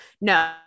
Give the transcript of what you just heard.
No